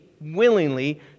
willingly